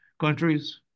countries